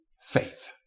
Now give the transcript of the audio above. faith